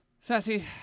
Sassy